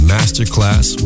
Masterclass